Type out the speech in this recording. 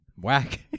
Whack